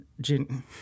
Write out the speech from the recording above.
Jin